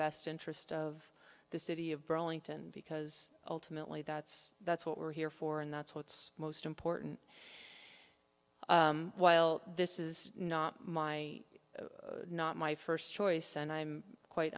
best interest of the city of burlington because ultimately that's that's what we're here for and that's what's most important while this is not my not my first choice and i'm quite